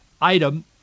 item